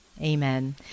Amen